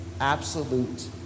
absolute